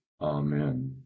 Amen